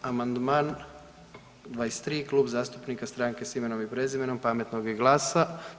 Amandman 23 Klub zastupnika Stranke s imenom i prezimenom, Pametnog i GLAS-a.